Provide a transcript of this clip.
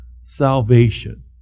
salvation